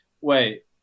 Wait